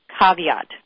caveat